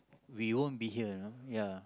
we won't be here you know ya